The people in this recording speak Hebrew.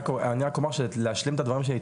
אני רק מבקש להשלים את הדברים שלי,